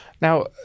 Now